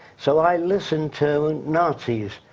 so, i listened to nazis.